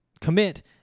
commit